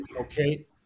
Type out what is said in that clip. Okay